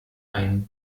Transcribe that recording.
ein